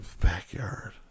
backyard